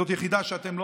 זו יחידה שאתם,